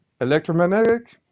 Electromagnetic